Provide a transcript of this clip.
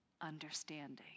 understanding